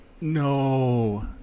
No